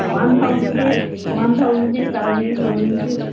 ꯑꯥ one ꯊꯥꯎꯖꯟꯗꯤ ꯇꯥꯕꯤꯈ꯭ꯔꯣ ꯅꯪꯁꯨ